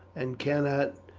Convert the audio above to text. and cannot,